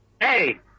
Hey